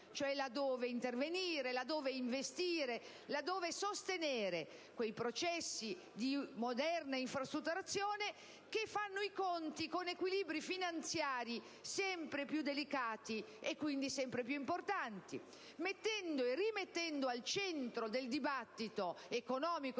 dove occorre intervenire, oppure investire per sostenere i processi di moderna infrastrutturazione, che fanno i conti con equilibri finanziari sempre più delicati e quindi sempre più importanti, mettendo e rimettendo al centro del dibattito economico